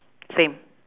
same